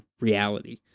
reality